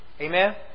Amen